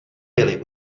byly